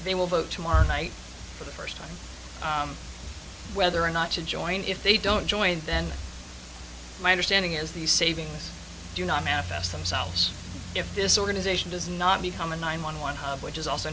they will vote tomorrow night for the first time whether or not to join if they don't join then my understanding is the savings do not math ask themselves if this organization does not become a nine one one which is also